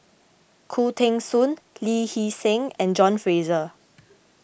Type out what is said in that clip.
Khoo Teng Soon Lee Hee Seng and John Fraser